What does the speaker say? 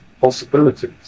possibilities